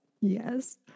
yes